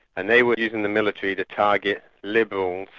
and they were using the military to target liberals,